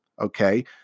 Okay